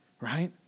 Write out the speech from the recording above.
right